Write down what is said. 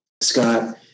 Scott